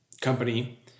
company